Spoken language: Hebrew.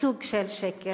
סוג של שקר.